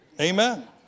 Amen